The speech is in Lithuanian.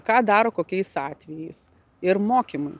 ką daro kokiais atvejais ir mokymai